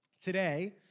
Today